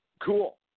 Cool